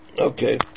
Okay